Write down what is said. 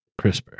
CRISPR